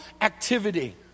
activity